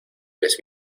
ves